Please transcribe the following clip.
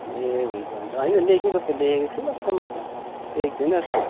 ए हुन्छ हुन्छ होइन लेखेको त लेखेको जस्तो लाग्छ म त लेखेको छुइनँ रहेछु